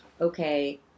okay